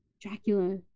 dracula